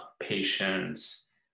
patients